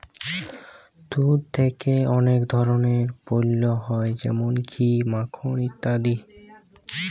দুধ থেক্যে অলেক ধরলের পল্য হ্যয় যেমল ঘি, মাখল ইত্যাদি